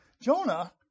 Jonah